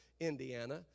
Indiana